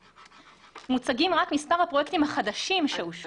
מוצגים רק מספר הפרויקטים החדשים שאושרו.